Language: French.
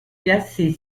classée